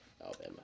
Alabama